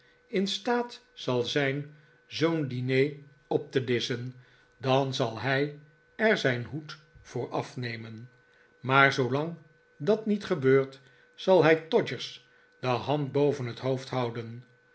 in staat zal zijn zoo'n diner op te disschen dan zal hij er zijn hoed voor afnemen maar zoolang dat niet gebeurt zal hij todgers de hand boven het hoofd houden